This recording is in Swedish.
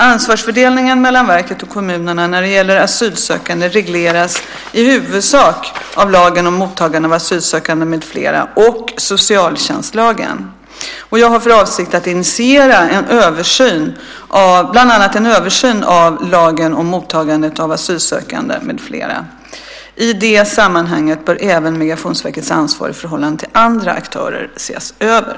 Ansvarsfördelningen mellan verket och kommunerna när det gäller asylsökande regleras i huvudsak av lagen om mottagande av asylsökande m.fl. och socialtjänstlagen. Jag har för avsikt att initiera bland annat en översyn av lagen om mottagande av asylsökande m.fl. I det sammanhanget bör även Migrationsverkets ansvar i förhållande till andra aktörer ses över.